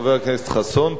חבר הכנסת חסון,